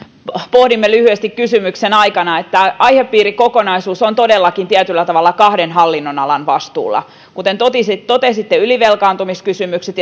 pohdimme lyhyesti kysymyksen aikana että aihepiirikokonaisuus on todellakin tietyllä tavalla kahden hallinnonalan vastuulla kuten totesitte on ylivelkaantumiskysymykset